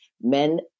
men